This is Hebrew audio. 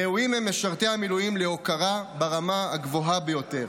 ראויים הם משרתי המילואים להוקרה ברמה הגבוהה ביותר.